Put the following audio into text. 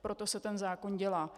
Proto se ten zákon dělá.